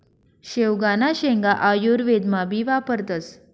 शेवगांना शेंगा आयुर्वेदमा भी वापरतस